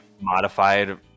Modified